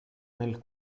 nel